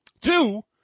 two